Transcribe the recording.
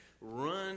run